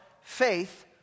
faith